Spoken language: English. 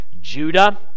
Judah